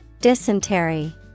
Dysentery